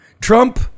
Trump